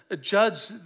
judge